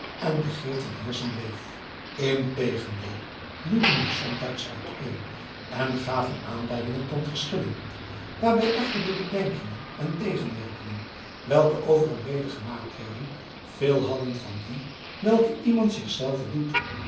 en begeerten heerschen bleef integendeel liepen die somtijds uiteen en gaven aanleiding tot geschillen waarbij echter de bedenkingen en tegenwerpingen welke over en weder gemaakt werden veel hadden van die welke iemand zich zelven doet